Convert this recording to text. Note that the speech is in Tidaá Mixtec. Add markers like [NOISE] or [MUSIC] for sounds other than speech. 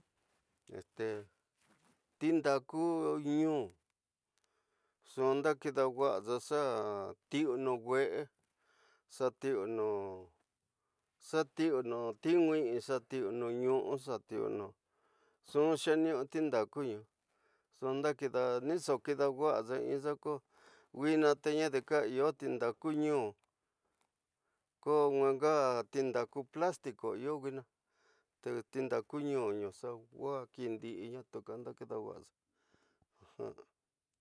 [HESITATION] tindaku ñu ñxu dakidawaxa xa ti ñu ñu wexe xa ti ñuñi tinu, xa ti ñu ñu ñxu xeniu tindaheni ñxu ndahide ñixo kida waxaxa ñu ñinxu ko nadi kaiya tindaku ñu xa tiwinxa tindaku plástico iyo ñuina te tindaku ñu ñu xa uxa kindi ña ñu kanu xa kida wa'axa. [HESITATION]